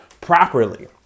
properly